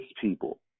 people